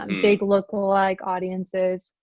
big lookalike audiences.